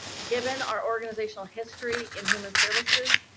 given our organizational history in human services,